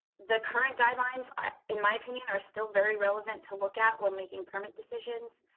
the current guidelines, in my opinion, are still very relevant to look at when making permit decisions.